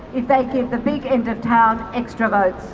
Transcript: if they give the big end of town extra votes.